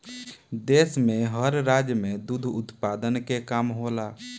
देश में हर राज्य में दुध उत्पादन के काम होला